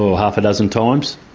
half a dozen times.